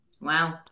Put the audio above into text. Wow